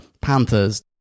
Panthers